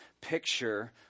picture